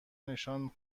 نشان